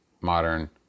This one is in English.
modern